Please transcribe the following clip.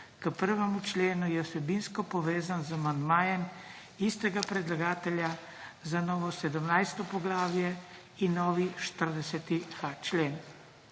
k 1. členu je vsebinsko povezan z amandmajem istega predlagatelja za novo 17. poglavje in novi 40.a člen.